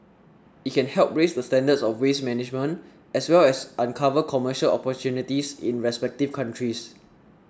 it can help raise the standards of waste management as well as uncover commercial opportunities in the respective countries